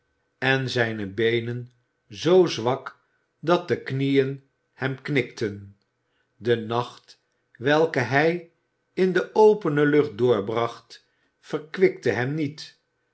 de zijne beenen zoo zwak dat de knieën hem knikten de nacht welke hij in de opene lucht doorbracht verkwikte hem niet